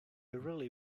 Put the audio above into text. really